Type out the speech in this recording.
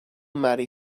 marry